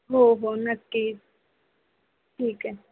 हो हो नक्की ठीक आहे